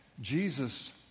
Jesus